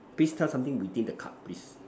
please tell something within the card please